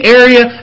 area